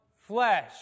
flesh